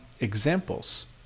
examples